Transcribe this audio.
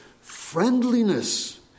Friendliness